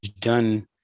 done